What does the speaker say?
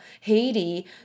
Haiti